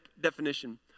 definition